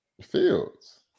Fields